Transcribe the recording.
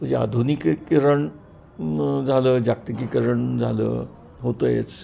म्हणजे आधुनिकीकरण झालं जागतिकीकरण झालं होत आहेच